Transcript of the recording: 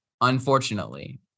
Unfortunately